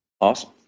Awesome